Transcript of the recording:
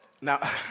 Now